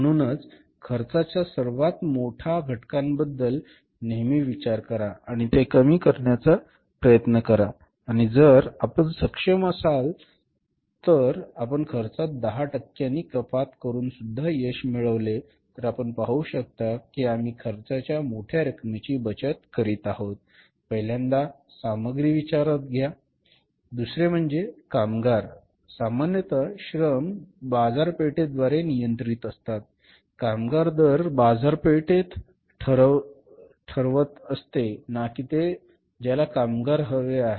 म्हणूनच खर्चाच्या सर्वात मोठ्या घटकांबद्दल नेहमी विचार करा आणि ते कमी करण्याचा प्रयत्न करा आणि जर आपण सक्षम असाल तर जर आपण खर्चात 10 टक्क्यांनी कपात करूनसुद्धा यश मिळविले तर आपण पाहू शकता की आम्ही खर्चाच्या मोठ्या रकमेची बचत करीत आहोत पहिल्यांदा सामग्री विचारात घ्यावी लागेल दुसरे म्हणजे थेट कामगार सामान्यत श्रम दर बाजारपेठेद्वारे नियंत्रित असतात कामगार दर बाजारपेठे ठरवत असते ना की तो ज्याला कामगार हवे आहेत